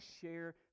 share